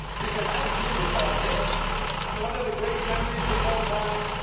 because i do recall this one of the great memories of all time